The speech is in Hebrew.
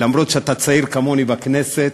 אומנם אתה צעיר כמוני בכנסת,